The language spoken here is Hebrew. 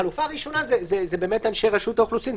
החלופה הראשונה זה באמת אנשי רשות האוכלוסין,